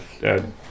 Dad